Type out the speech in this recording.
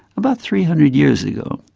about three hundred years ago.